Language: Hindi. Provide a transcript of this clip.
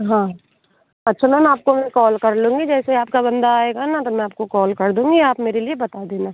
हाँ अच्छा मैम आपको मैं कॉल कर लूँगी जैसे ही आपका बंदा आएगा ना तो मैं आपको कॉल कर दूँगी आप मेरे लिए बता देना